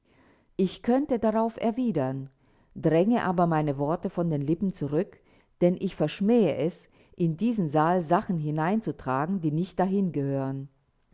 ich könnte darauf erwidern dränge aber meine worte von den lippen zurück denn ich verschmähe es in diesen saal sachen hineinzutragen die nicht dahin gehören